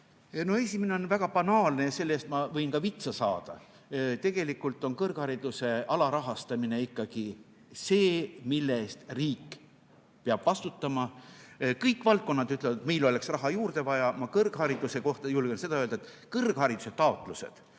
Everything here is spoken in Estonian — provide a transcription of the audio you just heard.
Esimene on väga banaalne ja selle eest ma võin ka vitsa saada. Tegelikult on kõrghariduse alarahastamine ikkagi see, mille eest riik peab vastutama. Kõik valdkonnad ütlevad, et meil oleks raha juurde vaja. Ma kõrghariduse kohta julgen seda öelda, et kõrghariduse taotlused